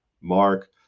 Mark